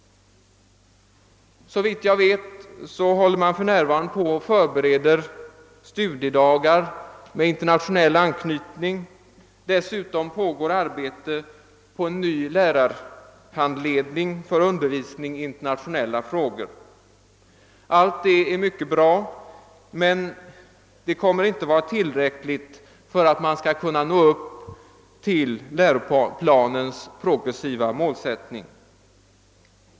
Såvitt jag vet förbereder man för närvarande studiedagar med internationell anknytning, och dessutom pågår arbete på en ny lärarhandledning för undervisning i internationella frågor. Allt detta är mycket bra, men det kommer inte att vara tillräckligt för att man skall kunna förverkliga läroplanens progressiva målsättning.